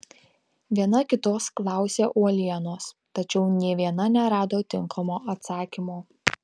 viena kitos klausė uolienos tačiau nė viena nerado tinkamo atsakymo